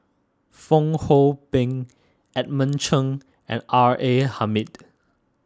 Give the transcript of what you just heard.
Fong Hoe Beng Edmund Cheng and R A Hamid